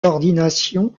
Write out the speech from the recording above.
ordination